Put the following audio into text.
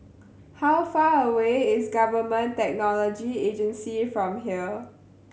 how far away is Government Technology Agency from here